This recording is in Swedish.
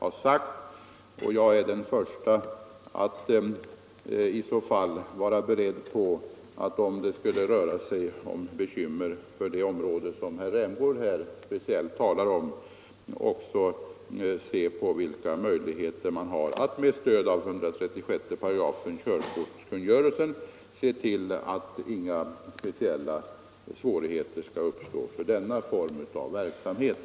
Om det skulle bli bekymmer på det område som herr Rämgård speciellt talar om, kommer jag att vara den förste som är beredd att undersöka vilka möjligheter vi har att med stöd av 136 § körkortskungörelsen se till att inga särskilda svårigheter skall uppstå för denna verksamhet.